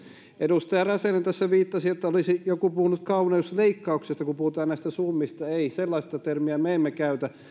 edustaja räsänen tässä viittasi että joku olisi puhunut kauneusleikkauksesta kun puhutaan näistä summista ei sellaista termiä me emme käytä